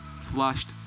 flushed